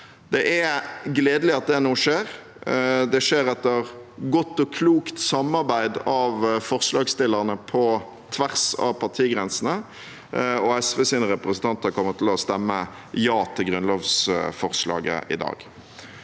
Det er gledelig at det nå skjer. Det skjer etter godt og klokt samarbeid av forslagsstillerne på tvers av partigrensene. SVs representanter kommer til å stemme ja til grunnlovsforslaget i dag.